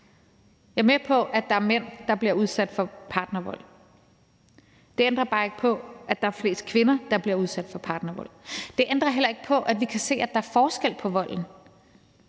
Jeg er med på, at der er mænd, der bliver udsat for partnervold. Det ændrer bare ikke på, at der er flest kvinder, der bliver udsat for partnervold. Det ændrer heller ikke på, at vi kan se, at der er forskel på volden.